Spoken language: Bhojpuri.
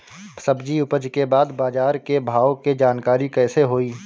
सब्जी उपज के बाद बाजार के भाव के जानकारी कैसे होई?